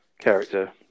character